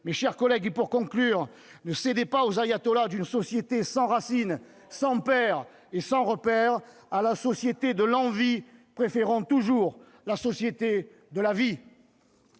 Mes chers collègues, ne cédez pas aux ayatollahs d'une société sans racines, sans pères et sans repères ! À la société de l'envie, préférons toujours la société de la vie